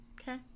Okay